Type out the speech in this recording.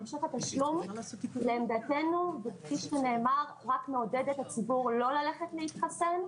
המשך התשלום לעמדתנו רק מעודד את הציבור לא ללכת להתחסן,